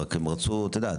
רק את יודעת,